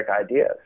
ideas